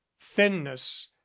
thinness